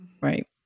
Right